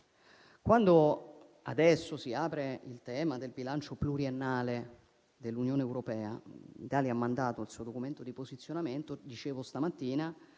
Adesso si apre il tema del bilancio pluriennale dell'Unione europea, l'Italia ha mandato il suo documento di posizionamento e stamattina